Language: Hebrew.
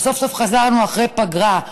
סוף-סוף חזרנו אחרי פגרה,